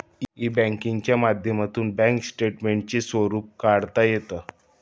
E बँकिंगच्या माध्यमातून bank स्टेटमेंटचे स्वरूप काढता येतं